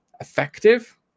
effective